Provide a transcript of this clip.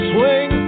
Swing